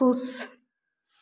खुश